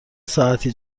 ساعتی